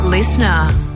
Listener